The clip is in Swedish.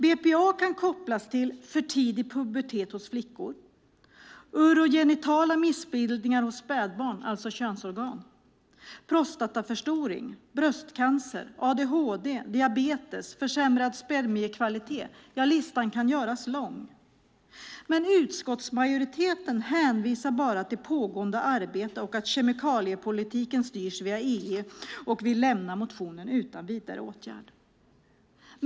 BPA kan kopplas till för tidig pubertet hos flickor, urogenitala missbildningar hos spädbarn, alltså könsorgan, prostataförstoring, bröstcancer, adhd, diabetes och försämrad spermiekvalitet. Ja, listan kan göras lång. Utskottsmajoriteten hänvisar bara till pågående arbete och att kemikaliepolitiken styrs via EU och vill lämna motionen utan vidare åtgärd.